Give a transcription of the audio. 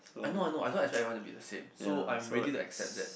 I know I know I don't expect everyone to be the same so I'm ready to accept that